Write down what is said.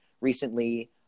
recently